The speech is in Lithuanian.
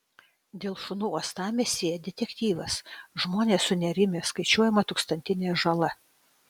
dėl šunų uostamiestyje detektyvas žmonės sunerimę skaičiuojama tūkstantinė žala